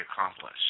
accomplish